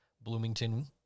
Bloomington